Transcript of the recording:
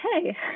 hey